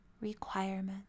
requirement